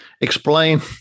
Explain